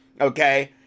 Okay